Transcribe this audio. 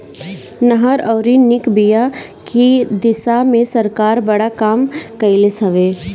नहर अउरी निक बिया के दिशा में सरकार बड़ा काम कइलस हवे